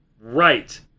right